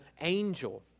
angel